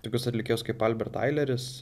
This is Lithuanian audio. tokius atlikėjus kaip albert aileris